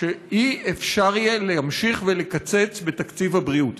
שלא יהיה אפשר להמשיך לקצץ בתקציב הבריאות.